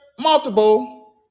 multiple